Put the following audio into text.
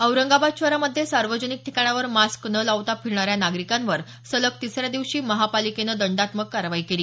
औरगाबाद शहरामध्ये सार्वजनिक ठिकाणावर मास्क न लावता फिरणाऱ्या नागरिकांवर सलग तिसऱ्या दिवशी महापालिकेनं दंडात्मक कारवाई केली